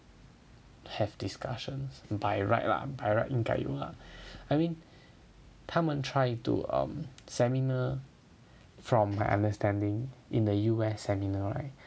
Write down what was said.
have discussions by right lah by right 应该有 lah I mean 他们 try to um seminar from my understanding in the U_S seminar right